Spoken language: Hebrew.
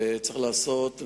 וצריך לעשות,